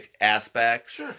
aspects